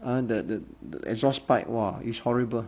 ah the the the exhaust pipe !wah! it's horrible